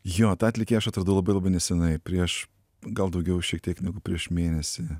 jo tą atlikėją aš atradau labai labai nesenai prieš gal daugiau šiek tiek negu prieš mėnesį